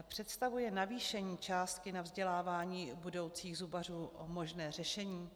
Představuje navýšení částky na vzdělávání budoucích zubařů možné řešení?